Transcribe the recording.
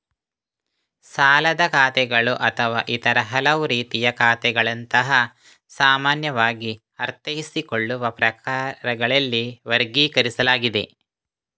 ಸಾಲದ ಖಾತೆಗಳು ಅಥವಾ ಇತರ ಹಲವು ರೀತಿಯ ಖಾತೆಗಳಂತಹ ಸಾಮಾನ್ಯವಾಗಿ ಅರ್ಥೈಸಿಕೊಳ್ಳುವ ಪ್ರಕಾರಗಳಲ್ಲಿ ವರ್ಗೀಕರಿಸಲಾಗಿದೆ